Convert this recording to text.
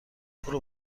برو